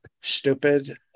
stupid